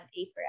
April